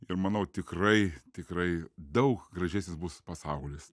ir manau tikrai tikrai daug gražesnis bus pasaulis